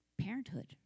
parenthood